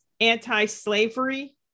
anti-slavery